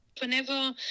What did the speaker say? Whenever